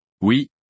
Oui